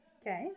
Okay